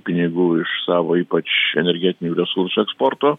pinigų iš savo ypač energetinių resursų eksporto